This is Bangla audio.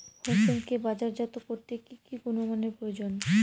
হোসেনকে বাজারজাত করতে কি কি গুণমানের প্রয়োজন?